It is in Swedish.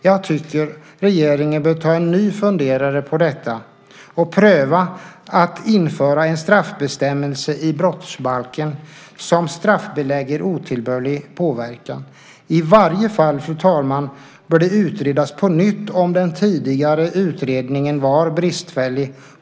Jag tycker att regeringen bör ta sig en ny funderare på detta och pröva att införa en straffbestämmelse i brottsbalken som straffbelägger otillbörlig påverkan. I varje fall, fru talman, bör det utredas på nytt om den tidigare utredningen var bristfällig.